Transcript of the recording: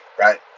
right